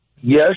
Yes